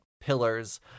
pillars